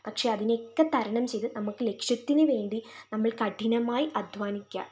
പക്ഷേ അതിനെയൊക്കെ തരണം ചെയ്ത് നമ്മൾക്ക് ലക്ഷ്യത്തിന് വേണ്ടി നമ്മൾ കഠിനമായി അധ്വാനിക്കുക